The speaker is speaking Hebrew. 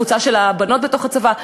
הקבוצה של הבנות בצבא.